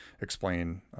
explain